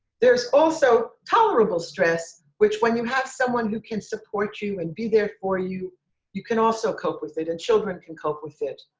there's also tolerable stress which when you have someone who can support you and be there for you you can also cope with it and children can cope with it.